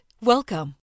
welcome